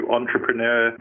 entrepreneur